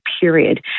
period